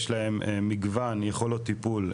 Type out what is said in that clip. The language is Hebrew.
יש להם מגוון יכולות טיפול,